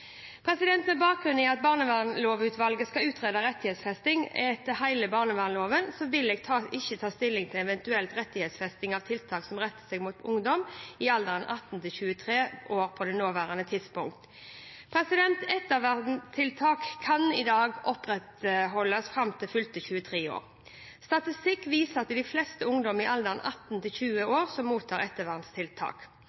Med bakgrunn i at barnevernlovutvalget skal utrede rettighetsfesting etter hele barnevernsloven, vil jeg ikke ta stilling til en eventuell rettighetsfesting av tiltak som retter seg mot ungdom i alderen 18–23 år på det nåværende tidspunkt. Ettervernstiltak kan i dag opprettholdes fram til fylte 23 år. Statistikk viser at det er flest ungdom i alderen 18–20 år som mottar ettervernstiltak.